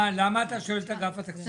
מה למה אתה שואל את אגף התקציבים?